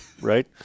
Right